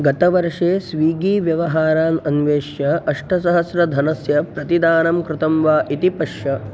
गतवर्षे स्विगी व्यवहारान् अन्विष्य अष्टसहस्रधनस्य प्रतिदानं कृतं वा इति पश्य